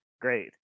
Great